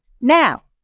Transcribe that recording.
now